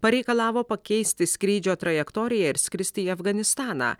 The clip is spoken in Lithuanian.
pareikalavo pakeisti skrydžio trajektoriją ir skristi į afganistaną